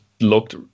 looked